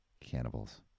Cannibals